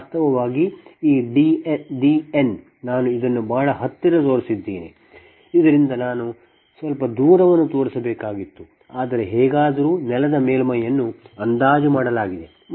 ವಾಸ್ತವವಾಗಿ ಈ Dn ನಾನು ಇದನ್ನು ಬಹಳ ಹತ್ತಿರ ತೋರಿಸಿದ್ದೇನೆ ಇದರಿಂದ ನಾನು ಸ್ವಲ್ಪ ದೂರವನ್ನು ತೋರಿಸಬೇಕಾಗಿತ್ತು ಆದರೆ ಹೇಗಾದರೂ ನೆಲದ ಮೇಲ್ಮೈಯನ್ನು ಅಂದಾಜು ಮಾಡಲಾಗಿದೆ